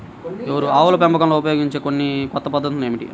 ఆవుల పెంపకంలో ఉపయోగించే కొన్ని కొత్త పద్ధతులు ఏమిటీ?